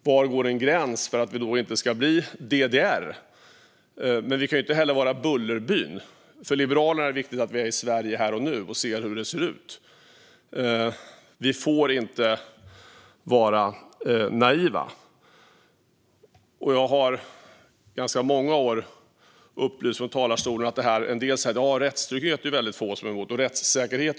Var går gränsen? Vi ska inte bli DDR, men vi kan heller inte vara Bullerbyn. För Liberalerna är det viktigt att vi är i Sverige här och nu och ser hur det ser ut. Vi får inte vara naiva. Rättstrygghet och rättssäkerhet är det väldigt få människor som är emot.